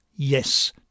Yes